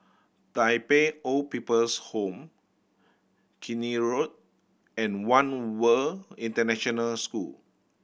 Tai Pei Old People's Home Keene Road and One World International School